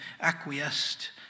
acquiesced